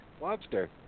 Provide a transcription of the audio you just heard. Lobster